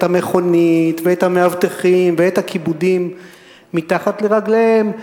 המכונית ואת המאבטחים ואת הכיבודים מתחת לרגליהם,